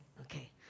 Okay